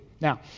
Now